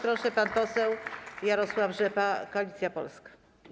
Proszę, pan poseł Jarosław Rzepa, Koalicja Polska.